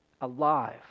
Alive